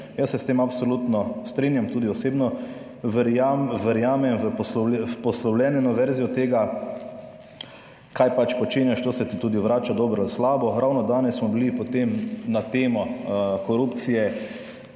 Jaz se s tem absolutno strinjam, tudi osebno verjamem: "Verjamem v poslovljeno verzijo tega kaj pač počenjaš.", to se ti tudi vrača dobro in slabo. Ravno danes smo bili, potem na temo korupcije